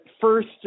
first